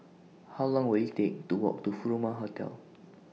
How Long Will IT Take to Walk to Furama Hotel